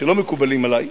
שלא מקובלים עלי,